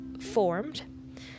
formed